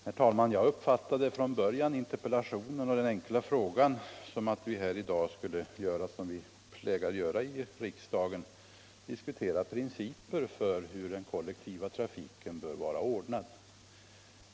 Herr talman! Jag uppfattade från början interpellationen och frågan som att vi här i dag skulle göra som vi plägar göra i riksdagen, nämligen diskutera principer för hur den kollektiva trafiken bör vara ordnad.